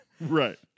Right